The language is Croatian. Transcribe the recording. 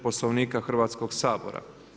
Poslovnika Hrvatskog sabora.